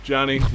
Johnny